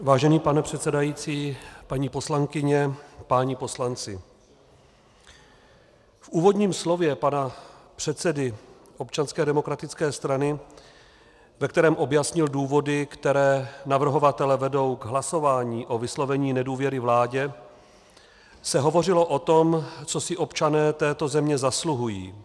Vážený pane předsedající, paní poslankyně a páni poslanci, v úvodním slově pana předsedy Občanské demokratické strany, ve kterém objasnil důvody, které navrhovatele vedou k hlasování o vyslovení nedůvěry vládě, se hovořilo o tom, co si občané této země zasluhují.